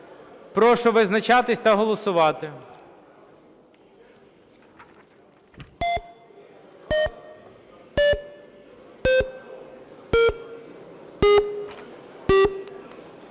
Прошу визначатись та голосувати.